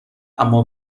اما